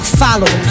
follow